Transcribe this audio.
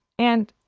and,